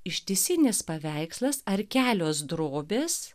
ištisinis paveikslas ar kelios drobės